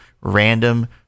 random